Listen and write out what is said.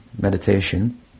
meditation